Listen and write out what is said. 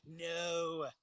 no